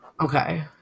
Okay